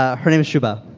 ah her name is subha,